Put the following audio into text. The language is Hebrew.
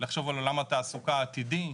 לחשוב על עולם התעסוקה העתידי,